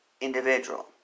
individual